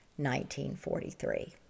1943